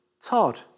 Todd